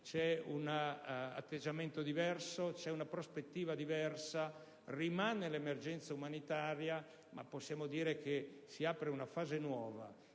sono un atteggiamento e una prospettiva diversi: rimane l'emergenza umanitaria, ma possiamo dire che si apre una fase nuova,